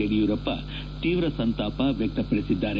ಯಡಿಯೂರಪ್ಪ ತೀವ್ರ ಸಂತಾಪ ವ್ಯಕ್ತಪಡಿಸಿದ್ದಾರೆ